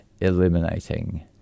eliminating